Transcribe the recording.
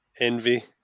envy